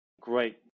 Great